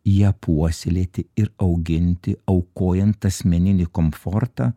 ją puoselėti ir auginti aukojant asmeninį komfortą